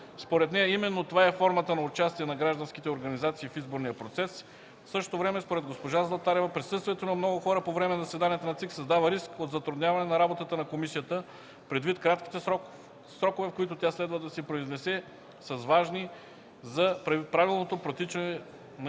Според нея именно това е формата на участие на гражданските организации в изборния процес. В същото време, според госпожа Златарева, присъствието на много хора по време на заседанията на Централната избирателна комисия създава риск от затрудняване на работата на комисията, предвид кратките срокове, в които тя следва да се произнесе с важни за правилното протичане на изборите